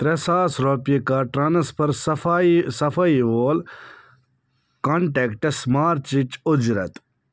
ترٛےٚ ساس رۄپیہِ کَر ٹرٛانسفَر صفایی صفٲیی وول کانٹٮ۪کٹَس مارچٕچ اُجرت